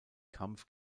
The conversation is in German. kampf